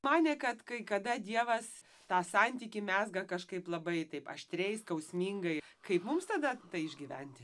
manė kad kai kada dievas tą santykį mezga kažkaip labai taip aštriai skausmingai kaip mums tada tai išgyventi